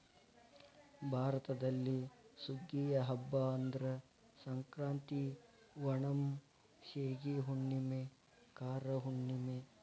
ಭಾರತದಲ್ಲಿ ಸುಗ್ಗಿಯ ಹಬ್ಬಾ ಅಂದ್ರ ಸಂಕ್ರಾಂತಿ, ಓಣಂ, ಸೇಗಿ ಹುಣ್ಣುಮೆ, ಕಾರ ಹುಣ್ಣುಮೆ